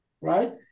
right